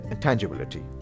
tangibility